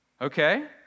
okay